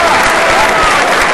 הפרלמנט בישראל על כל הדבש ועל כל העוקץ.